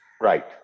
Right